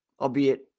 albeit